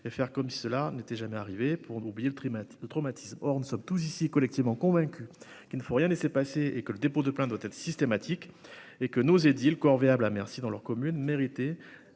et faire comme si cela n'était jamais arrivé pour oublier le trimestre le traumatise, or nous sommes tous ici collectivement convaincus qu'il ne faut rien ne s'est passé, et que le dépôt de plainte doit être systématique et que nos édiles corvéables à merci dans leur commune mérité